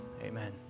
amen